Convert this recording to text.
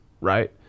right